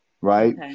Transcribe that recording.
Right